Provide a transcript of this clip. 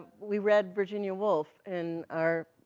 we read virginia woolf in our,